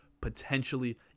potentially